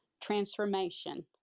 Transformation